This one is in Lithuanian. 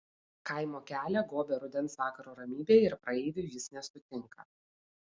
kaimo kelią gobia rudens vakaro ramybė ir praeivių jis nesutinka